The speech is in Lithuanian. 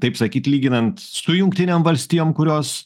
taip sakyt lyginant su jungtinėm valstijom kurios